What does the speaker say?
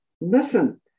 listen